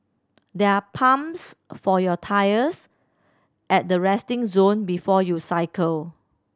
there are pumps for your tyres at the resting zone before you cycle